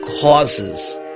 causes